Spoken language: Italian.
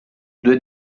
due